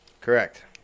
Correct